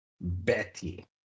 Betty